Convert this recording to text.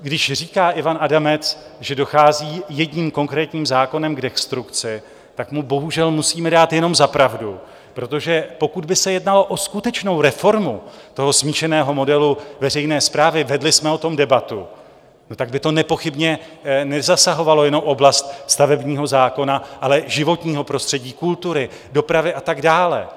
Když říká Ivan Adamec, že dochází jedním konkrétním zákonem k destrukci, tak mu bohužel musíme dát jenom za pravdu, protože pokud by se jednalo o skutečnou reformu toho smíšeného modelu veřejné správy vedli jsme o tom debatu no tak by to nepochybně nezasahovalo jenom oblast stavebního zákona, ale i životního prostředí, kultury, dopravy a tak dále.